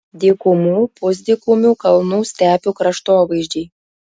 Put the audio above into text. dykumų pusdykumių kalnų stepių kraštovaizdžiai